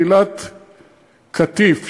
קהילת קטיף,